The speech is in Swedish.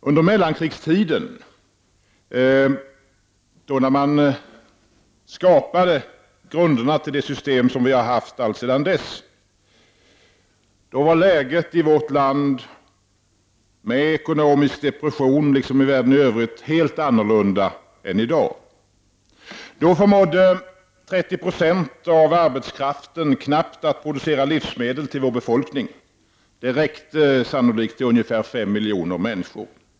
Under mellankrigstiden, när man skapade grunderna till det system vi har haft alltsedan dess, var läget i vårt land, med ekonomisk depression, liksom i världen i övrigt, helt annorlunda än i dag. Då förmådde 30 96 av arbetskraften knappt producera livsmedel till vår befolkning. Det räckte sannolikt till ungefär 5 miljoner människor.